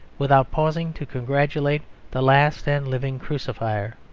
without pausing to congratulate the last and living crucifier.